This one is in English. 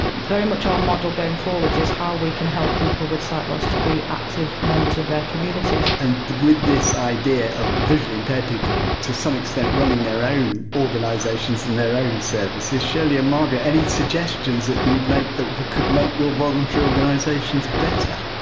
very much our model, going forwards, is how we can help people with sight loss to be active members of their communities and with this idea of visually impaired people, to some extent, running their own organisations and their own services, shirley and margaret, any suggestions that you'd make that could make your voluntary organisations better?